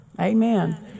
Amen